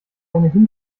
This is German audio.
ohnehin